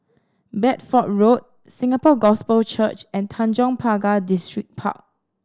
Bedford Road Singapore Gospel Church and Tanjong Pagar Distripark